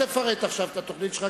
אל תפרט עכשיו את התוכנית שלך,